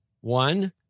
One